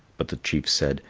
but the chief said,